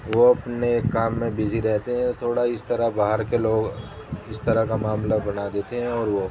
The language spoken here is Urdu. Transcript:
وہ اپنے کام میں بزی رہتے ہیں تھوڑا اس طرح باہر کے لوگ اس طرح کا معاملہ بنا دیتے ہیں اور وہ